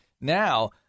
Now